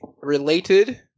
related